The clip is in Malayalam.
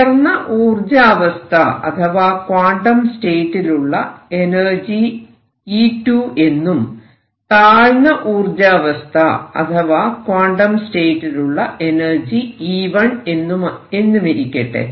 ഉയർന്ന ഊർജാവസ്ഥ അഥവാ ക്വാണ്ടം സ്റ്റേറ്റിലുള്ള എനർജി E2 എന്നും താഴ്ന്ന ഊർജാവസ്ഥ അഥവാ ക്വാണ്ടം സ്റ്റേറ്റിലുള്ള എനർജി E1 എന്നുമിരിക്കട്ടെ